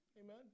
Amen